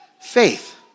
faith